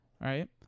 Right